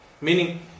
meaning